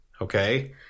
Okay